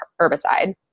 herbicide